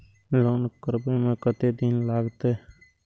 Loan करबे में कतेक दिन लागते?